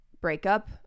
breakup